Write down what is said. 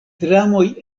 dramoj